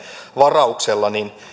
varauksella